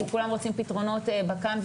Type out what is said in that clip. כי כולם רוצים פתרונות כאן,